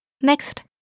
Next